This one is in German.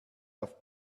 auf